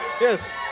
Yes